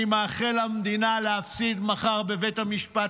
אני מאחל למדינה להפסיד מחר בבית המשפט